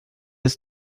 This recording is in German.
ist